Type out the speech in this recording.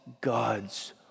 God's